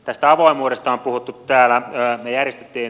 täällä on puhuttu avoimuudesta